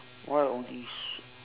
why only sweet